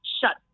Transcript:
shut